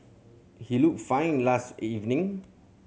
he looked fine last evening